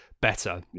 better